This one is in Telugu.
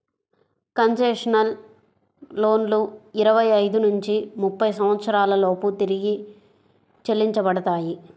కన్సెషనల్ లోన్లు ఇరవై ఐదు నుంచి ముప్పై సంవత్సరాల లోపు తిరిగి చెల్లించబడతాయి